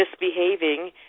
misbehaving